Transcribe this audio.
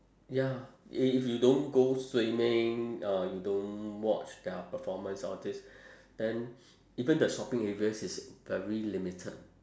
ya if you don't go swimming uh you don't watch their performance all these then even the shopping areas is very limited